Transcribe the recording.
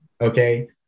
Okay